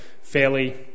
fairly